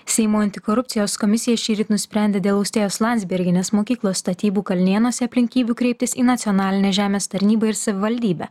seimo antikorupcijos komisija šįryt nusprendė dėl austėjos landsbergienės mokyklos statybų kalnėnuose aplinkybių kreiptis į nacionalinę žemės tarnybą ir savivaldybę